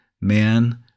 man